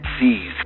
sees